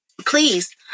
Please